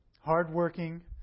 hardworking